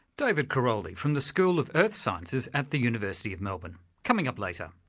david karoly, from the school of earth sciences at the university of melbourne, coming up later.